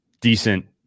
decent